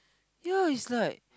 yea his like